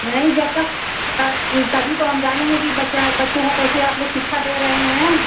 नहीं जब तक तभी तो हम जानेंगे कि बच्चा बच्चों को कैसे आप लोग शिक्षा दे रहे हैं